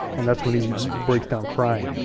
and that's when he breaks down crying.